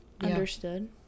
Understood